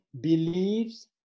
believes